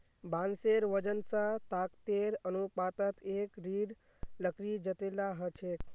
बांसेर वजन स ताकतेर अनुपातत एक दृढ़ लकड़ी जतेला ह छेक